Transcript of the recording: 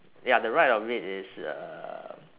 ya the right of it is uh